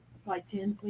slide ten,